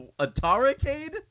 Atari-cade